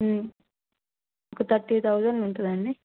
ఒక thirty thousand ఉంటుందండి